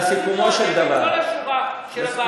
לסיכומו של דבר, כל השורה של הבעיות.